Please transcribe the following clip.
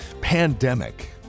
pandemic